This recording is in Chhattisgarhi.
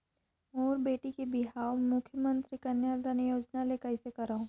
मोर बेटी के बिहाव मुख्यमंतरी कन्यादान योजना ले कइसे करव?